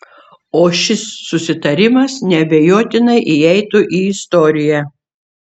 o šis susitarimas neabejotinai įeitų į istoriją